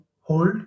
hold